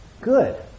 good